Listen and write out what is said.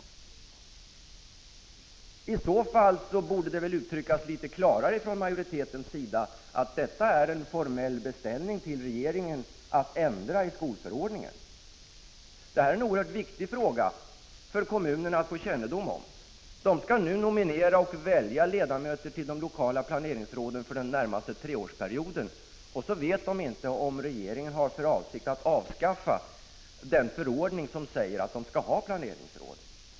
I så fall borde man väl från majoritetens sida litet klarare ge uttryck för att det här är en formell beställning till regeringen om en ändring av skolförordningen. Denna fråga är oerhört viktig för kommunerna, som alltså måste få kännedom om hur det förhåller sig. Kommunerna skall ju nominera och välja ledamöter till de lokala planeringsråden för den närmaste treårsperioden. Men de vet inte om regeringen har för avsikt att avskaffa den förordning som säger att det skall finnas planeringsråd.